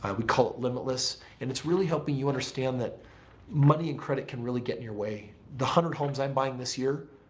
we call it limitless and it's really helping you understand that money and credit can really get in your way. the hundred homes i'm buying this year?